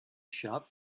shop